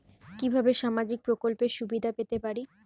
কিভাবে সামাজিক প্রকল্পের সুবিধা পেতে পারি?